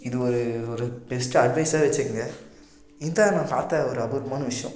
இது ஒரு ஒரு பெஸ்ட்டு அட்வைஸ்ஸாக வச்சுக்குங்க இதான் நான் பார்த்த ஒரு அபூர்வமான விஷ்யம்